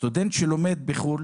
סטודנט שלומד בחוץ לארץ,